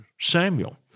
Samuel